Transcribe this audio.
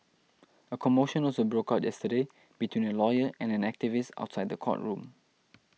a commotion also broke out yesterday between a lawyer and an activist outside the courtroom